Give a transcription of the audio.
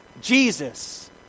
Jesus